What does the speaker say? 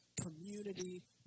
community